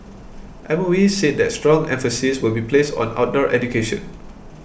M O E said that strong emphasis will be placed on outdoor education